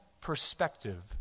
perspective